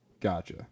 Gotcha